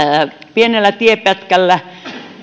pienellä tienpätkällä